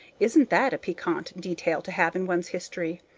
isn't that a piquant detail to have in one's history?